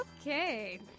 Okay